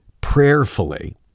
prayerfully